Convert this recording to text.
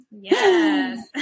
yes